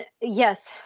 yes